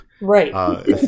Right